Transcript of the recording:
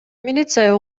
милиция